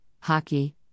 hockey